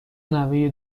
نوه